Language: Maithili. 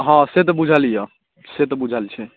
हँ से तऽ बुझल अइ से तऽ बुझल छै